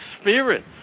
spirits